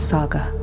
Saga